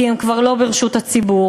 כי הם כבר לא ברשות הציבור.